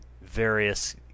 various